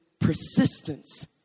persistence